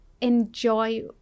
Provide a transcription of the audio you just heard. enjoy